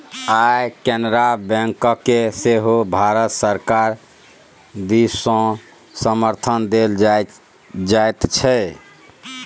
आय केनरा बैंककेँ सेहो भारत सरकार दिससँ समर्थन देल जाइत छै